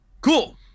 Cool